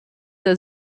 der